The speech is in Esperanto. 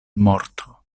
morto